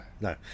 No